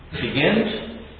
begins